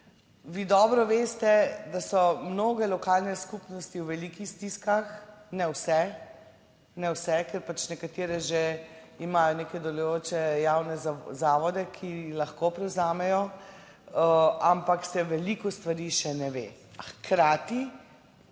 vi dobro veste, da so mnoge lokalne skupnosti v velikih stiskah, ne vse, ne vse, ker pač nekatere že imajo neke delujoče javne zavode, ki lahko prevzamejo, ampak se veliko stvari še ne ve, a hkrati